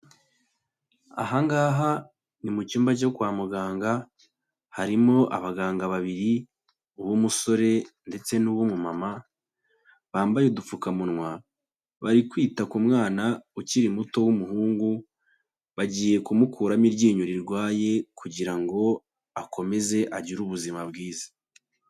Ahangaha ni mu cyumba cyo kwa muganga, harimo abaganga babiri, uw'umusore, ndetse n'uw'umu mama, bambaye udupfukamunwa, bari kwita ku mwana ukiri muto w'umuhungu, bagiye kumukuramo iryinyo rirwaye kugira ngo akomeze agire ubuzima bwiza.